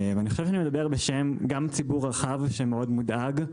אני חושב שאני מדבר גם בשם ציבור רחב שמודאג מאוד